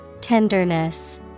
Tenderness